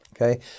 Okay